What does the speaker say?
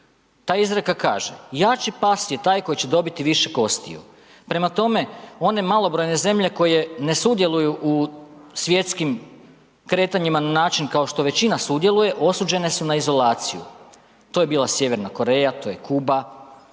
ta izreka kaže "jači pas je taj koji će dobiti više kostiju“. Prema tome, one malobrojne zemlje koje ne sudjeluju u svjetskim kretanjima na način kao što većina sudjeluje, osuđene su na izolaciju, to je bila Sjeverna Koreja, to je Kuba,